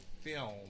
film